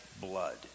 blood